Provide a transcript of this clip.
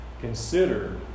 Consider